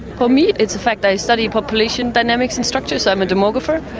for me it's a fact. i study population dynamics and structures. i'm a demographer,